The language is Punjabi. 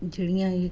ਜਿਹੜੀਆਂ ਇਹ